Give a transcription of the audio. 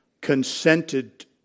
consented